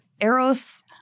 Eros